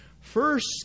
first